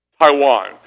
Taiwan